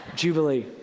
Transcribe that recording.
Jubilee